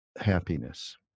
happiness